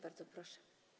Bardzo proszę.